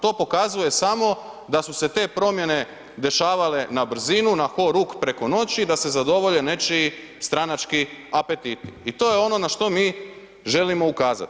To pokazuje samo da su se te promjene dešavale na brzinu, na ho-ruk preko noći da se zadovolje nečiji stranački apetiti i to je ono na što mi želimo ukazati.